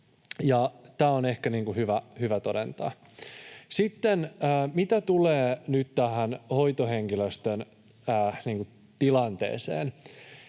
tämä on ehkä hyvä todentaa. Sitten mitä tulee tähän hoitohenkilöstön tilanteeseen,